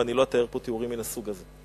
ואני לא אתאר פה תיאורים מן הסוג הזה.